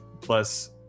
Plus